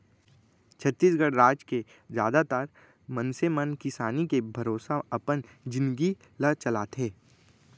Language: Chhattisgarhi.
छत्तीसगढ़ राज के जादातर मनसे मन किसानी के भरोसा अपन जिनगी ल चलाथे